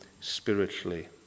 spiritually